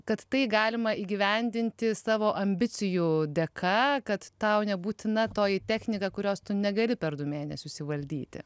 kad tai galima įgyvendinti savo ambicijų dėka kad tau nebūtina toji technika kurios tu negali per du mėnesius įvaldyti